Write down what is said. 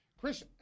Chris